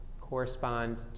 correspond